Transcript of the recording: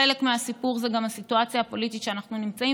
חלק מהסיפור זה גם הסיטואציה הפוליטית שאנחנו נמצאים